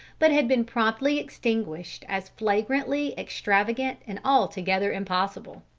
but had been promptly extinguished as flagrantly extravagant and altogether impossible.